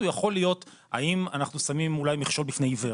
הוא יכול להיות האם אנחנו שמים מכשול בפני עיוור.